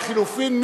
לחלופין,